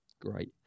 Great